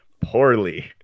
poorly